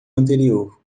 anterior